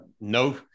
no